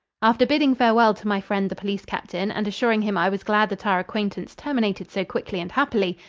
after bidding farewell to my friend the police captain and assuring him i was glad that our acquaintance terminated so quickly and happily,